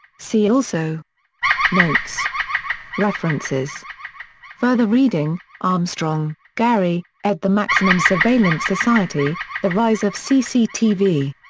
see also notes references further reading armstrong, gary, ed. the maximum surveillance society the rise of cctv.